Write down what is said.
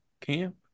camp